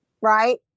right